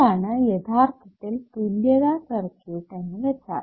അതാണ് യഥാർത്ഥത്തിൽ തുല്യത സർക്യൂട്ട് എന്ന് വെച്ചാൽ